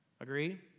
Agree